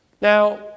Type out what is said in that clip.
Now